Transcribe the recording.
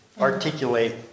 articulate